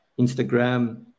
Instagram